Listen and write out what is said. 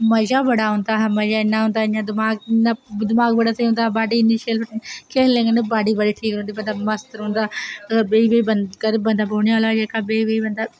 मज़ा बड़ा औंदा हा मज़ा इन्ना की दमाक बड़ा स्हेई होंदा हा बॉडी इन्नी शैल खेल्लनै कन्नै बॉडी बड़ी स्हेई रौहंदी ते दमाक स्हेई रौहंदी ते बेही बेही ते बौह्ने आह्ला जेह्का बंदा